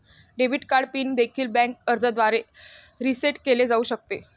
debit card PIN देखील bank अर्जाद्वारे reset केले जाऊ शकते